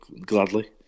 gladly